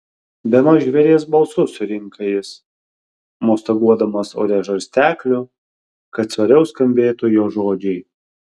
bemaž žvėries balsu surinka jis mostaguodamas ore žarstekliu kad svariau skambėtų jo žodžiai